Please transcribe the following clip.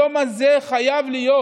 היום הזה חייב להיות,